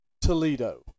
Toledo